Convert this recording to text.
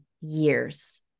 years